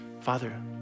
Father